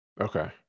Okay